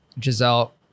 giselle